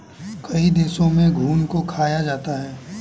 कई देशों में घुन को खाया जाता है